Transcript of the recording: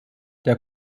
der